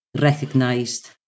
recognized